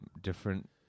different